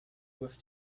with